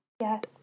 Yes